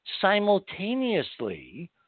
Simultaneously